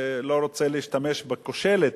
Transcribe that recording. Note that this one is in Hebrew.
לא רוצה להשתמש ב"כושלת",